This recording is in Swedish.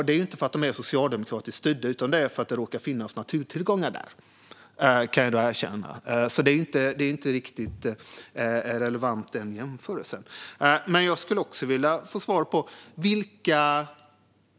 Det beror inte på att kommunerna är socialdemokratiskt styrda utan på att det råkar finnas naturtillgångar där, så jämförelsen är inte riktigt relevant.